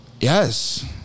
Yes